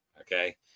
Okay